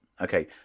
Okay